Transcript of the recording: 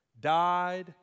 died